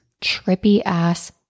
trippy-ass